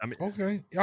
okay